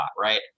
right